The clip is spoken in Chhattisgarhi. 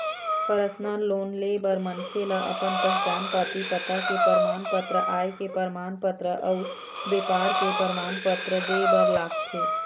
परसनल लोन ले बर मनखे ल अपन पहिचान पाती, पता के परमान पत्र, आय के परमान पत्र अउ बेपार के परमान पत्र दे बर लागथे